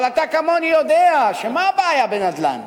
אבל אתה כמוני יודע, מה הבעיה בנדל"ן?